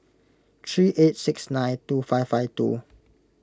three eight six nine two five five two